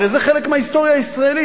הרי זה חלק מההיסטוריה הישראלית,